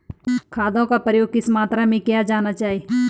खादों का प्रयोग किस मात्रा में किया जाना चाहिए?